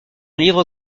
livre